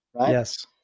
Yes